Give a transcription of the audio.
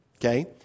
Okay